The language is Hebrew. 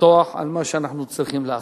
לפסוח על מה שאנחנו צריכים לעשות,